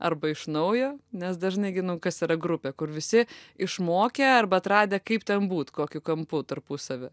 arba iš naujo nes dažnai gi nu kas yra grupė kur visi išmokę arba atradę kaip ten būt kokiu kampu tarpusavy